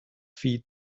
feed